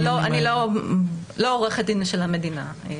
אני לא עורכת דין של המדינה.